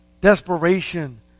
desperation